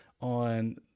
on